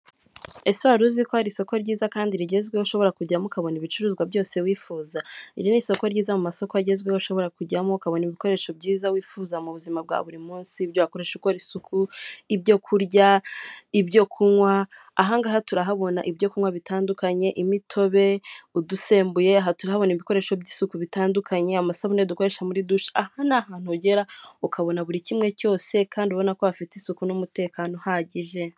Ese wari uzi ko hari isoko ryiza kandi rigezweho ushobora kujyamo ukabona ibicuruzwa byose wifuza? Iri ni isoko ryiza mu masoko agezweho ushobora kujyamo, ukabona ibikoresho byiza wifuza mu buzima bwa buri munsi, ibyo wakoresha ukora isuku, ibyo kurya, ibyo kunywa, aha ngaha turahabona ibyo kunywa bitandukanye, imitobe udusembuye, aha tuhabona ibikoresho by'isuku bitandukanye, amasabune dukoresha muri dushe. Aha ni ahantu ugera ukabona buri kimwe cyose, kandi ubona ko hafite isuku n'umutekano uhagije.